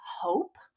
hope